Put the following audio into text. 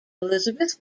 elizabeth